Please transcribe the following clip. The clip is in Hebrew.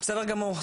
בסדר גמור.